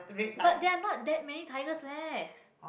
but there are not that many tigers left